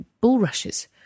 bulrushes